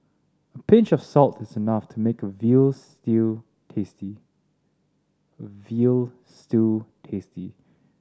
a pinch of salt is enough to make a veal stew tasty veal stew tasty